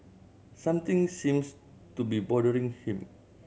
something seems to be bothering him